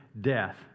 death